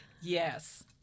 yes